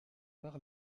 par